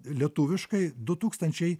lietuviškai du tūkstančiai